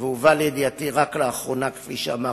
והוא הובא לידיעתי רק לאחרונה, כפי שאמרתי,